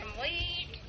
weed